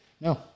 No